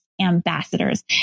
Ambassadors